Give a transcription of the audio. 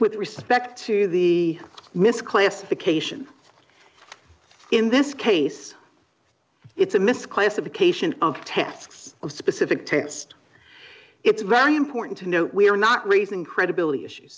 with respect to the misclassification in this case it's a misclassification of tasks of specific test it's very important to note we are not raising credibility issue